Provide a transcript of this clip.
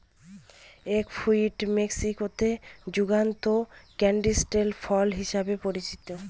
egg fruit মেক্সিকোতে যুগান canistel ফল হিসাবে পরিচিত